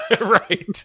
right